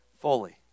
fully